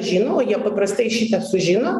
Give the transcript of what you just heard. žino jie paprastai šitą sužino